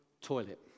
Toilet